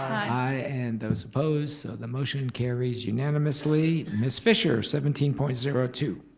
aye. and those opposed, so the motion carries unanimously. ms. fischer, seventeen point zero two.